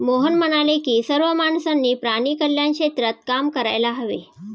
मोहन म्हणाले की सर्व माणसांनी प्राणी कल्याण क्षेत्रात काम करायला हवे